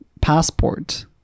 passport